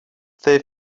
they